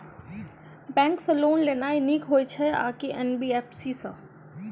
Bank सँ loan लेनाय नीक होइ छै आ की एन.बी.एफ.सी सँ?